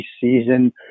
season